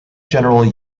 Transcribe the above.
general